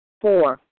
Four